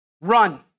run